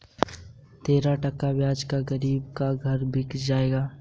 तेरह टका ब्याज पर गरीब का घर बिक जाएगा